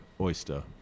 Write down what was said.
oyster